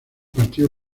partido